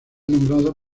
nombrado